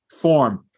form